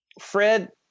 Fred